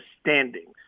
standings